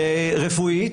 רפואית.